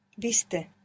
Viste